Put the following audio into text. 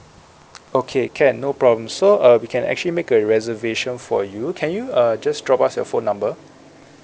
okay can no problem so uh we can actually make a reservation for you can you uh just drop us your phone number